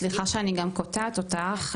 סליחה שאני קוטעת אותך.